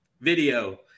video